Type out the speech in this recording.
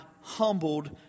humbled